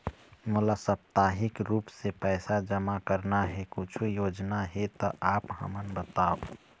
मोला साप्ताहिक रूप से पैसा जमा करना हे, कुछू योजना हे त आप हमन बताव?